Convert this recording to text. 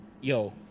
yo